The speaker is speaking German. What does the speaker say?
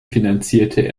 finanzierte